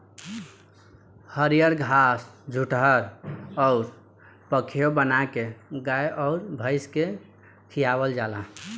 हरिअर घास जुठहर अउर पखेव बाना के गाय अउर भइस के खियावल जाला